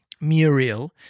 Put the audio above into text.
Muriel